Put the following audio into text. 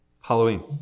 Halloween